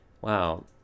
wow